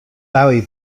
bowie